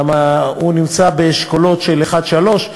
כי הוא נמצא באשכולות 1 3,